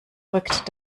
rückt